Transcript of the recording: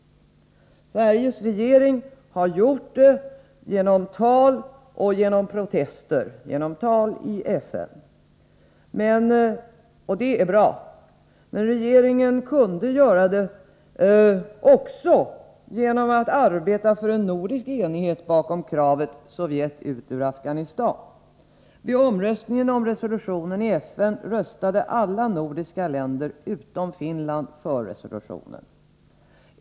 Sveriges regering har gjort det genom tal i FN och protester, och det är bra. Men regeringen kunde göra det också genom att arbeta för nordisk enighet bakom kravet ”Sovjet ut ur Afghanistan”. Vid omröstningen om resolutionen i FN röstade alla nordiska länder utom Finland för resolutionen.